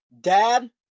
dad